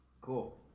Cool